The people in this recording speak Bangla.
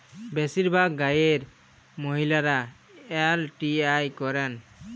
বেশিরভাগ গাঁয়ের মহিলারা এল.টি.আই করেন